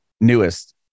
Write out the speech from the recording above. newest